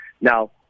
Now